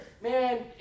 man